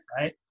right